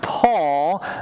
Paul